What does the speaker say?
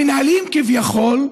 המינהליים כביכול,